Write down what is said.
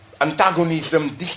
antagonism